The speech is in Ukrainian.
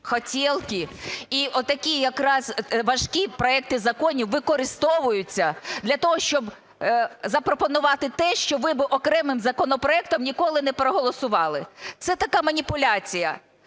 "хотєлки" і отакі якраз важкі проекти законів використовуються для того, щоб запропонувати те, що ви би окремим законопроектом ніколи не проголосували, це така маніпуляція.